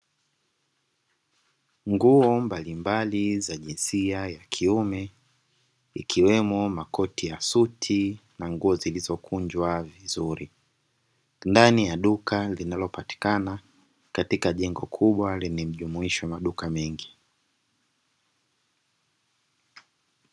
Nguo mbalimbali za jinsia ya kiume, ikiwemo makoti ya suti na nguo zilizo kunjwa vizuri, ndani ya duka linalopatikana katika jengo kubwa, lenye mjumuisho wa maduka mengi.